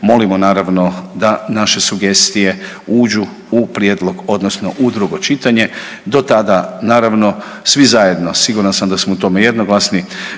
molimo, naravno da naše sugestije uđu u prijedlog, odnosno u drugo čitanje. Do tada, naravno, svi zajedno, siguran sam da smo u tome jednoglasni,